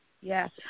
Yes